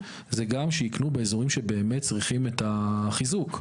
זה גם שיקנו באזורים שבאמת צריכים את החיזוק.